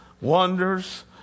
wonders